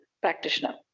practitioner